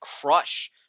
crush